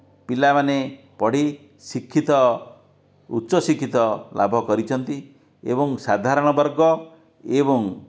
ପିଲାମାନେ ପଢି ଶିକ୍ଷିତ ଉଚ୍ଚ ଶିକ୍ଷିତ ଲାଭ କରିଛନ୍ତି ଏବଂ ସାଧାରଣ ବର୍ଗ ଏବଂ